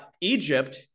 Egypt